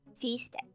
feast